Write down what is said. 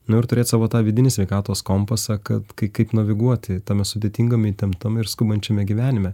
nu ir turėt savo tą vidinį sveikatos kompasą kad kai kaip naviguoti tame sudėtingame įtemptame ir skubančiame gyvenime